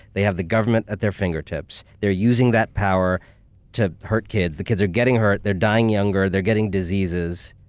they have the government at their fingertips. they're using that power to hurt kids. the kids are getting hurt, they're dying younger, they're getting diseases,